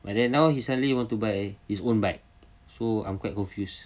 but then now he suddenly want to buy his own bike so I'm quite confused